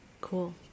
Cool